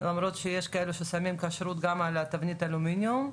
למרות שיש כאלה ששמים כשרות גם על תבנית אלומיניום,